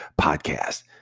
podcast